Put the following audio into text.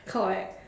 correct